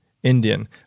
Indian